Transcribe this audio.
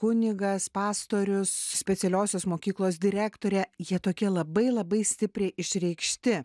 kunigas pastorius specialiosios mokyklos direktorė jie tokie labai labai stipriai išreikšti